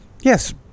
Yes